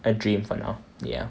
a dream for now ya